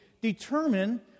determine